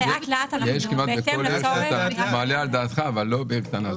יש כמעט בכל עיר שאתה מעלה על דעתך אבל לא בעיר קטנה.